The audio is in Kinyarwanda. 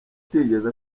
utigeze